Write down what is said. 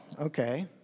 Okay